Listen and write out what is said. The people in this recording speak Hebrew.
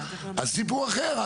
הסיפור היה אחר,